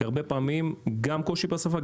כי הרבה פעמים גם קושי בשפה,